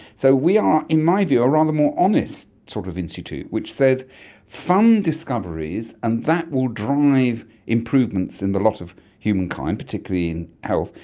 so we are in my view a rather more honest sort of institute which says fund discoveries and that will drive improvements in the lot of humankind, particularly in health.